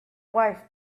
wife